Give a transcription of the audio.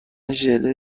ژله